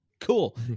Cool